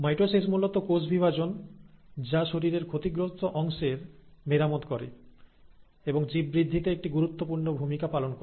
mitosis মূলত কোষ বিভাজন যা শরীরের ক্ষতিগ্রস্ত অংশের মেরামত করে এবং জীব বৃদ্ধিতে একটি গুরুত্বপূর্ণ ভূমিকা পালন করে